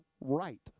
right